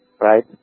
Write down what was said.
right